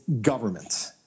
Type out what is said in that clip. government